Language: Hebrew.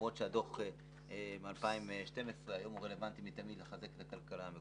הדוח הוא מ-2012 אבל היום רלוונטי מתמיד לחזק את הכלכלה המקומית.